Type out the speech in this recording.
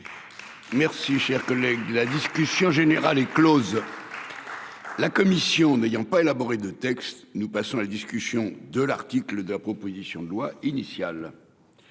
par son auteur. La discussion générale est close. La commission n'ayant pas élaboré de texte, nous passons à la discussion de l'article unique de la proposition de loi initiale.